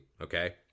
okay